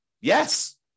Yes